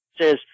says